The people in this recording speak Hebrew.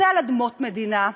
זה על אדמות מדינה,